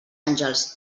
àngels